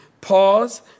Pause